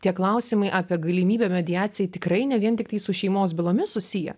tie klausimai apie galimybę mediacijai tikrai ne vien tiktai su šeimos bylomis susiję